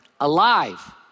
Alive